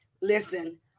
Listen